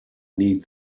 need